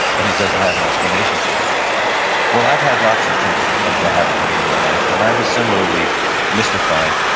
and he doesn't have an explanation for it well i've had lots of things like that happen to me in my life, and i was similarly mystified.